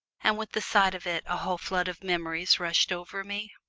and with the sight of it a whole flood of memories rushed over me.